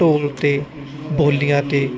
ਢੋਲ ਤੇ ਬੋਲੀਆ ਤੇ